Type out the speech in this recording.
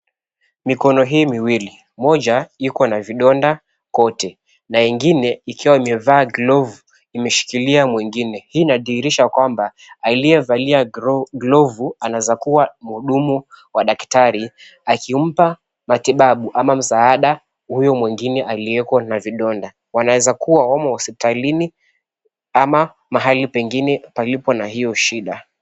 Mikono hii miwili, moja iko na vidonda kote na ingiine ikiwa imevaa glovu imeshikilia mwingine. Hii inadhihirisha kwamba aliyevalia glovu anaezakua mhudumu wa daktari akimpa matibabu ama msaada huyu mwingine aliyeko na vidonda. Wanaeza kuwa wamo hospitalini ama mahali pengine palipo na hiyo shida.